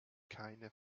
keine